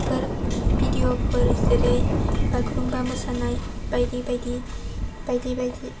फोर भिडिअफोर जेरै बागुरुम्बा मोसानाय बायदि बायदि बायदि बायदि